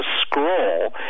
scroll